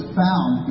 found